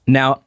Now